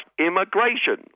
immigration